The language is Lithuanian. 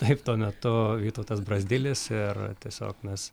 taip tuo metu vytautas brazdilis ir tiesiog nes